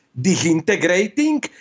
disintegrating